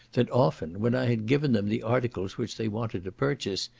that often, when i had given them the articles which they wanted to purchase,